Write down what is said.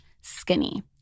skinny